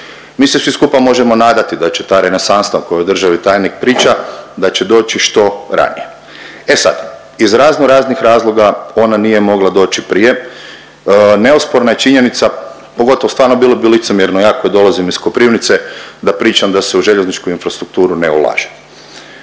Mi se svi skupa možemo nadati da će ta renesansa o kojoj državni tajnik priča da će doći što ranije. E sad iz razno raznih razloga ona nije mogla doći prije. Neosporna je činjenica, pogotovo stvarno bilo bi licemjerno ja koji dolazim iz Koprivnice da pričam da se u željezničku infrastrukturu ne ulaže.